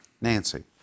Nancy